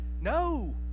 No